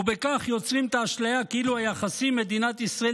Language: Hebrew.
ובכך יוצרים את האשליה כאילו היחסים עם מדינת ישראל